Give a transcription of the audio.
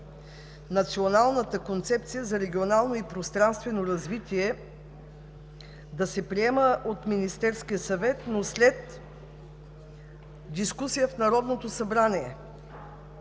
Националната концепция за регионално и пространствено развитие да се приема от Министерския съвет, но след дискусия в Народното събрание.